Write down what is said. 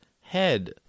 head